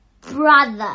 brother